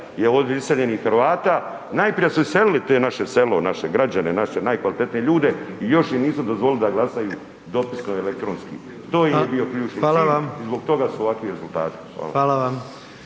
je od iseljenih Hrvata, najprije su iselili te naše selo, naše građane, naše najkvalitetnije ljude i još im nisu dozvolili da glasaju dopisno i elektronski, to im je bio priučni cilj i zbog toga su ovakvi rezultati.